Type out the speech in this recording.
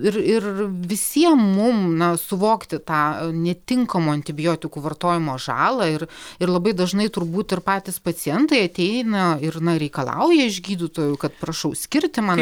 ir ir visiem mum na suvokti tą netinkamo antibiotikų vartojimo žalą ir ir labai dažnai turbūt ir patys pacientai ateina ir na reikalauja iš gydytojų kad prašau skirti man